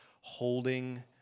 holding